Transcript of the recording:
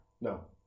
No